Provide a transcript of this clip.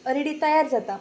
ready तयार जाता